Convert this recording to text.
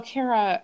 Kara